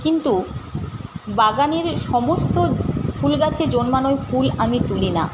কিন্তু বাগানের সমস্ত ফুলগাছে জন্মানো ফুল আমি তুলি না